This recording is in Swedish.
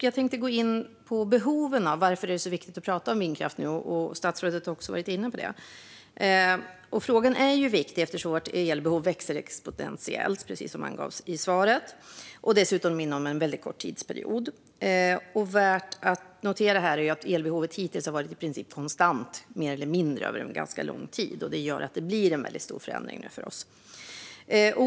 Jag vill gå in lite på varför det är så viktigt att tala om vindkraft. Även statsrådet var inne på det. Frågan är viktig eftersom vårt elbehov växer exponentiellt, och gör dessutom det inom väldigt kort tidsperiod. Värt att notera är att elbehovet hittills har varit i princip konstant under ganska lång tid. Det gör att det blir en väldigt stor förändring för oss nu.